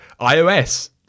iOS